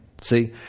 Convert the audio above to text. See